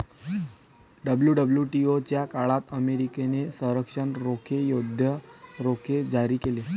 WWTO च्या काळात अमेरिकेने संरक्षण रोखे, युद्ध रोखे जारी केले